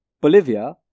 Bolivia